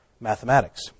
mathematics